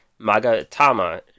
Magatama